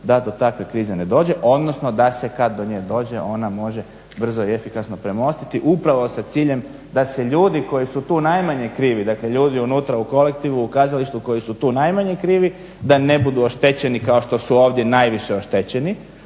da do takve krize ne dođe odnosno da se kad do nje dođe ona može brzo i efikasno premostiti upravo sa ciljem da se ljudi koji su najmanje krivi, dakle ljudi unutra u kolektivu, u kazalištu koji su tu najmanje krivi da ne budu oštećeni kao što su ovdje najviše oštećeni.